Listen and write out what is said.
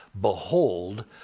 behold